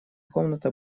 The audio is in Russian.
комната